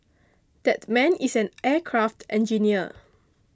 that man is an aircraft engineer